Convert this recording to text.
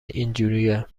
اینجوریه